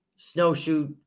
snowshoe